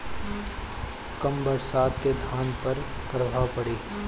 कम बरसात के धान पर का प्रभाव पड़ी?